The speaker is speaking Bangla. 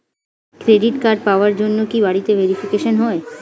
ক্রেডিট কার্ড পাওয়ার জন্য কি বাড়িতে ভেরিফিকেশন হয়?